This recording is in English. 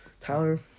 Tyler